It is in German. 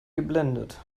geblendet